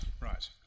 right